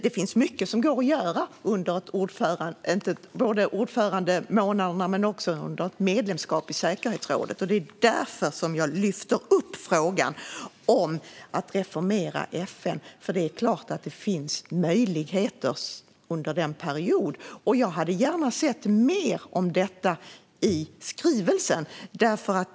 Det finns mycket som går att göra under ordförandemånaderna men också under medlemskapet i säkerhetsrådet, och det är därför jag lyfter upp frågan om att reformera FN. Det är klart att det finns möjligheter under den perioden, och jag hade gärna sett mer om detta i skrivelsen.